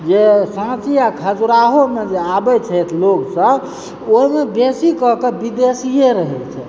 जे साँची आ खजुराहोमे जे आबै छथि लोग सब ओइमे बेसी कऽ कऽ विदेशिये रहै छै